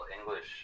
english